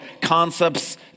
concepts